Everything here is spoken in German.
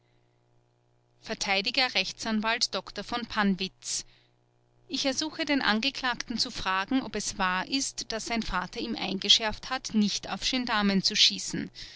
vert rechtsanwalt dr v pannwitz ich ersuche den angeklagten zu fragen ob es wahr ist daß sein vater ihm eingeschärft hat nicht auf gendarmen zu schießen